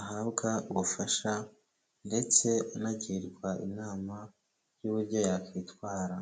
ahabwa ubufasha ndetse anagirwa inama y'uburyo yakwitwara.